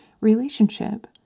relationship